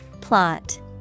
Plot